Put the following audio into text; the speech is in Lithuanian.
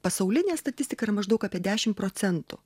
pasaulinė statistika maždaug apie dešimt procentų